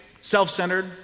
self-centered